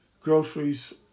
groceries